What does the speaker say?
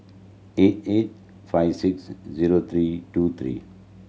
eight eight five six zero three two three